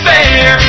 Fair